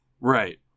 right